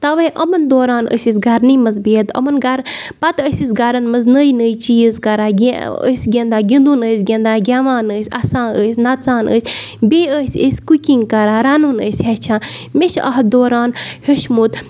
تَوَے یِمَن دوران ٲسۍ أسۍ گَرنٕے منٛز بِہِتھ یِمَن گَرٕ پَتہٕ ٲسۍ أسۍ گَرَن منٛز نٔیۍ نٔیۍ چیٖز کَران یا ٲسۍ گِندان گِندُن ٲسۍ گِندان گٮ۪وان ٲسۍ اَسان ٲسۍ نَژان ٲسۍ بیٚیہِ ٲسۍ أسۍ کُکِنٛگ کَران رَنُن ٲسۍ ہیٚچھان مےٚ چھِ اَتھ دوران ہیوٚچھمُت